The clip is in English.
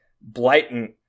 blatant